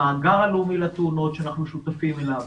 המאגר הלאומי לתאונות שאנחנו שותפים אליו,